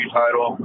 title